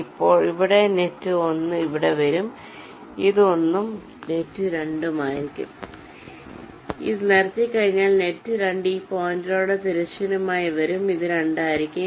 ഇപ്പോൾ net 1 ഇവിടെ വരും ഇത് 1 ഉം net 2 ഉം ആയിരിക്കും ഇത് നിരത്തിക്കഴിഞ്ഞാൽ net 2 ഈ പോയിന്റിലൂടെ തിരശ്ചീനമായി വരും ഇത് 2 ആയിരിക്കും